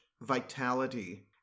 vitality